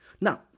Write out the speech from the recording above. Now